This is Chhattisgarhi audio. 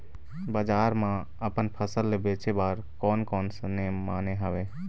बजार मा अपन फसल ले बेचे बार कोन कौन सा नेम माने हवे?